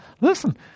Listen